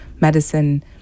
medicine